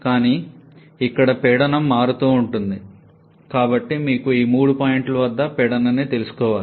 కానీ ఇక్కడ పీడనం మారుతూ ఉంటుంది కాబట్టి మీకు ఈ మూడు పాయింట్ల వద్ద పీడనం ని తెలుసుకోవాలి